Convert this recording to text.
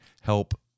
help